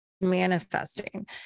manifesting